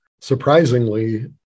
surprisingly